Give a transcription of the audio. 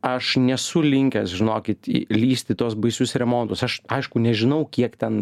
aš nesu linkęs žinokit lįst į tuos baisius remontus aš aišku nežinau kiek ten